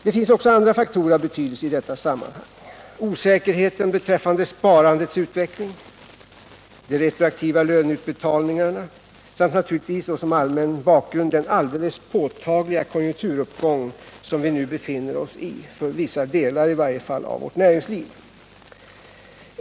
Det finns också andra faktorer av betydelse i detta sammanhang. Osäkerheten beträffande sparandets utveckling, de retroaktiva löneutbetalningarna samt naturligtvis som allmän bakgrund den alldeles påtagliga konjunkturuppgång som vi nu befinner oss i för vissa delar av vårt näringsliv.